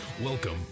Welcome